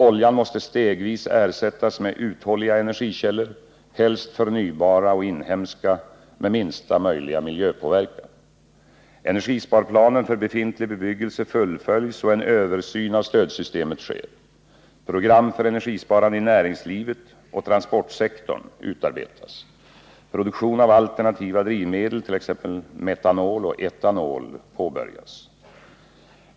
Oljan måste stegvis ersättas med uthålliga energikällor, helst förnybara och inhemska, med minsta möjliga miljöpåverkan. Energisparplanen för befintlig bebyggelse fullföljs och en översyn av stödsystemet sker. Program för energisparande i näringslivet och transportsektorn utarbetas. Produktion av alternativa drivmedel, t.ex. metanol och etanol, påbörjas.